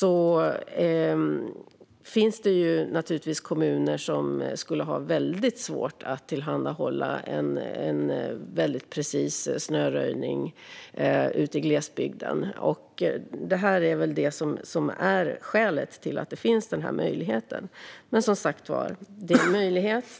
Det finns naturligtvis kommuner som skulle ha väldigt svårt att tillhandahålla en väldigt precis snöröjning ute i glesbygden. Det är väl skälet till att denna möjlighet finns. Men, som sagt, det är en möjlighet.